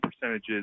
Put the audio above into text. percentages